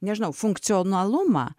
nežinau funkcionalumą